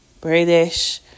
British